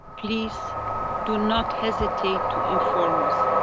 please do not hesitate to inform us.